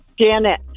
Janet